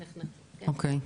אוקי.